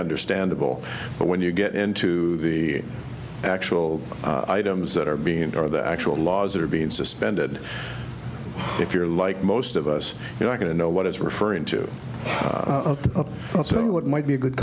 understandable but when you get into the actual items that are being part of the actual laws that are being suspended if you're like most of us you're not going to know what he's referring to so what might be a good